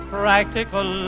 practical